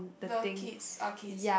the kids are kids